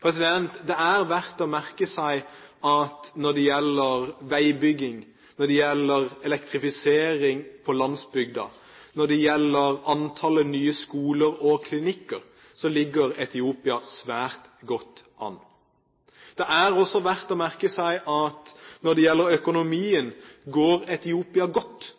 Det er verdt å merke seg at når det gjelder veibygging, når det gjelder elektrifisering på landsbygda, og når det gjelder antall nye skoler og klinikker, ligger Etiopia svært godt an. Det er også verdt å merke seg at når det gjelder økonomien, går Etiopia godt.